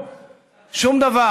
שום דבר.